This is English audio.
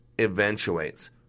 eventuates